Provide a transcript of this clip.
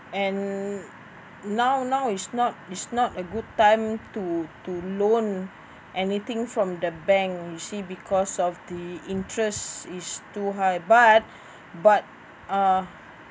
and now now is not is not a good time to to loan anything from the bank you see because of the interest is too high but but uh